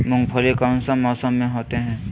मूंगफली कौन सा मौसम में होते हैं?